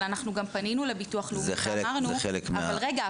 אבל אנחנו גם פנינו לביטוח לאומי ואמרנו: אבל רגע,